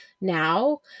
Now